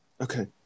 Okay